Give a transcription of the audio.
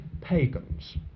pagans